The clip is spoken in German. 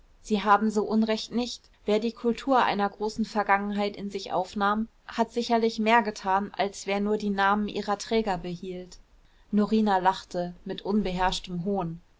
sie haben so unrecht nicht wer die kultur einer großen vergangenheit in sich aufnahm hat sicherlich mehr getan als wer nur die namen ihrer träger behielt norina lachte mit unbeherrschtem hohn